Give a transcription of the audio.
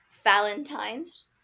Valentines